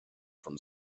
from